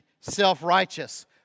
self-righteous